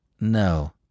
No